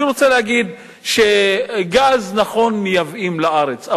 אני רוצה להגיד שגז, נכון, מייבאים לארץ.